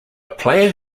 player